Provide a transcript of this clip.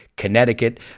Connecticut